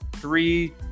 three